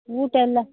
ಊಟ ಎಲ್ಲ